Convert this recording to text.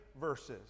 verses